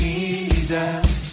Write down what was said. Jesus